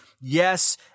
yes